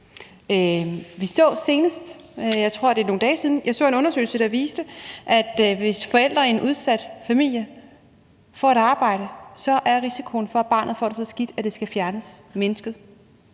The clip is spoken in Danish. jeg så en undersøgelse, der viste, at hvis forældre i en udsat familie får et arbejde, er risikoen for, at barnet får det så skidt, at det skal fjernes, mindsket.